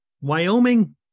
Wyoming